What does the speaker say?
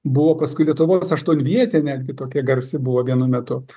buvo paskui lietuvos aštuonvietė netgi tokia garsi buvo vienu metu